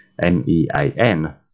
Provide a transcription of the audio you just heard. M-E-A-N